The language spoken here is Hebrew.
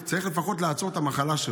צריך לפחות לעצור את המחלה שלו,